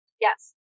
Yes